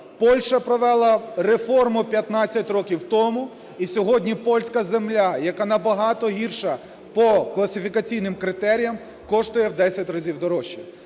Польща провела реформу 15 років тому, і сьогодні польська земля, яка набагато гірша по класифікаційним критеріям, коштує у 10 разів дорожче.